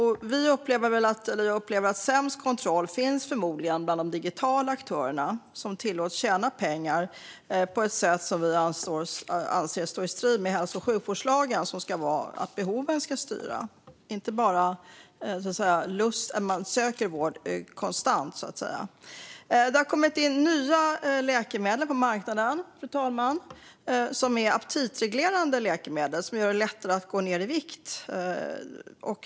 Jag upplever att det förmodligen är sämst kontroll bland de digitala aktörerna, som tillåts tjäna pengar på ett sätt som vi anser står i strid med hälso och sjukvårdslagen. Det ska vara behoven som ska styra, inte bara att man konstant söker vård. Fru talman! På marknaden har det kommit nya aptitreglerande läkemedel som gör det lättare att gå ned i vikt.